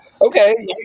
Okay